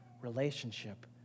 relationship